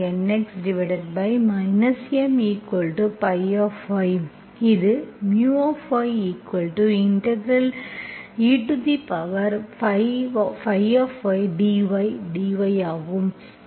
My Nx M ϕ இது μeϕdy dy ஆகும்